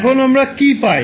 এখন আমরা কী পাই